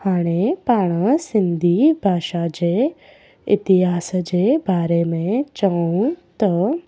हाणे पाण सिंधी भाषा जे इतिहास जे बारे में चऊं त